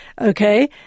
okay